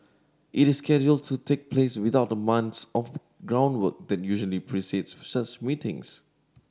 it is scheduled to take place without the months of groundwork that usually precedes such meetings